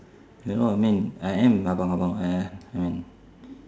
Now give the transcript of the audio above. you know what I mean I am abang abang !aiya! I mean